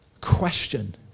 question